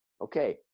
okay